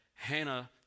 Hannah